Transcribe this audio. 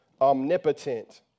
omnipotent